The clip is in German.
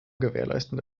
gewährleisten